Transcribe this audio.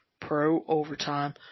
pro-overtime